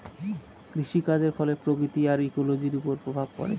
কৃষিকাজের ফলে প্রকৃতি আর ইকোলোজির ওপর প্রভাব পড়ে